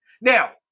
Now